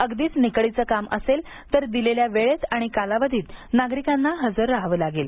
अगदीच निकडीचे काम असेल तर दिलेल्या वेळेत आणि कालावधीत नागरिकांना हजर राहावं लागेल